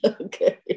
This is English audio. okay